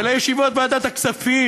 אלא ישיבות ועדת הכספים,